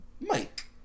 Mike